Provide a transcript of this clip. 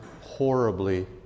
horribly